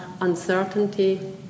uncertainty